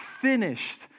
finished